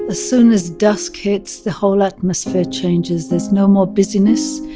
ah soon as dusk hits the whole atmosphere changes, there's no more busyness.